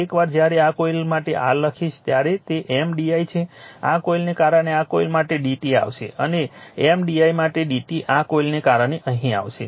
એકવાર જ્યારે આ કોઇલ માટે r લખીશ ત્યારે તે M di છે આ કોઇલને કારણે આ કોઇલ માટે dt આવશે અને M di માટે dt આ કોઇલને કારણે અહીં આવશે